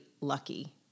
lucky